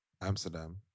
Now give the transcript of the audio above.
amsterdam